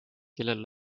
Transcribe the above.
kellel